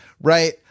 right